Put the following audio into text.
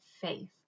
faith